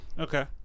okay